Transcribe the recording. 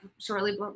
shortly